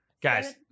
Guys